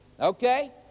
Okay